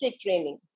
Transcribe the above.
training